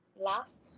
last